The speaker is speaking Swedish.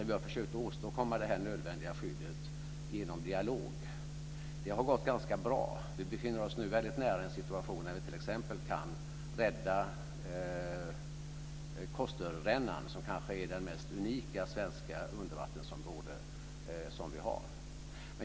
Vi har försökt åstadkomma det nödvändiga skyddet genom dialog. Det har gått ganska bra. Vi befinner oss nu väldigt nära en situation där vi t.ex. kan rädda Kosterrännan, som kanske är det mest unika svenska undervattensområde vi har.